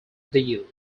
deal